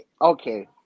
Okay